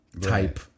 type